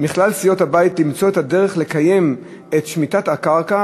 מכלל סיעות הבית למצוא את הדרך לקיים את שמיטת הקרקע